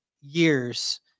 years